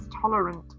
tolerant